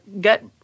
get